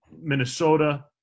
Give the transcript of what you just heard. Minnesota –